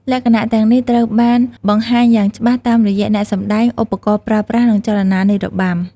លក្ខណៈទាំងនេះត្រូវបានបង្ហាញយ៉ាងច្បាស់តាមរយៈអ្នកសម្តែង ឧបករណ៍ប្រើប្រាស់ និងចលនានៃរបាំ។